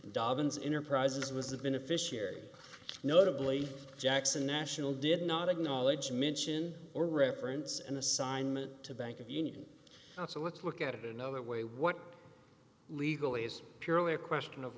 dolphins inner prizes was the beneficiary notably jackson national did not acknowledge mention or reference an assignment to bank of union so let's look at it another way what legal ways purely a question of